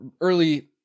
early